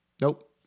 Nope